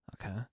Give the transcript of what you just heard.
Okay